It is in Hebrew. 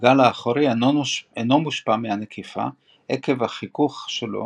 הגלגל האחורי אינו מושפע מהנקיפה עקב החיכוך שלו